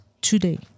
today